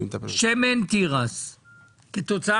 מה קורה